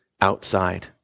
outside